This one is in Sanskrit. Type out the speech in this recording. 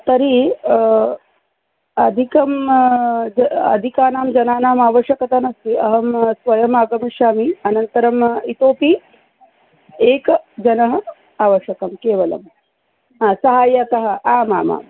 तर्हि अधिकं ज अधिकानां जनानामावश्यकता नास्ति अहं स्वयमागमिष्यामि अनन्तरम् इतोपि एकजनः आवश्यकं केवलं हा सहायकः आमामाम्